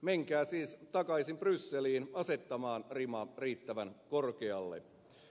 menkää takaisin brysseliin asettamaan rima riittävän korkealle